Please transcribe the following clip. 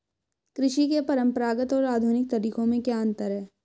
कृषि के परंपरागत और आधुनिक तरीकों में क्या अंतर है?